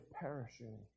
perishing